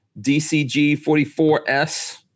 DCG44S